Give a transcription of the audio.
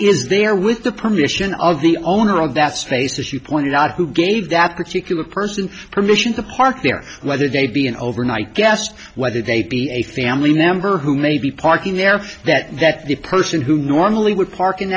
is there with the permission of the owner of that space as you pointed out who gave that particular person permission to park there whether they be an overnight guest whether they be a family member who may be parking there for that that the person who normally would park in